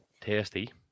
tasty